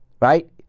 right